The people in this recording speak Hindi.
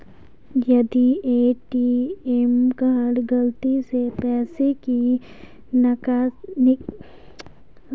यदि ए.टी.एम कार्ड गलती से पैसे की निकासी दिखाता है तो क्या इसका कोई हेल्प लाइन नम्बर है?